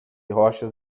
rochas